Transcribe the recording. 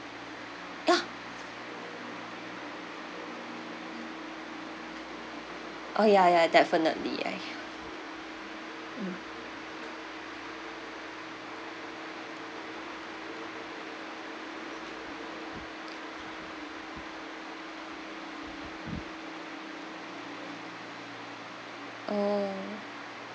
ya oh ya ya definitely ya ya mm oh